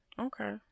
okay